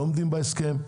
לא עומדים בהסכם,